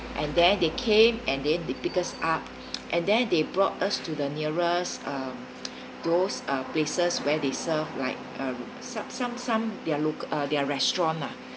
and then they came and then they picked us up and then they brought us to the nearest um those um places where they serve like uh some some some their loca~ uh their restaurant lah